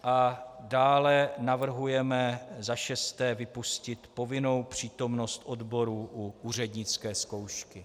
A dále navrhujeme, za šesté, vypustit povinnou přítomnost odborů u úřednické zkoušky.